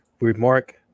remark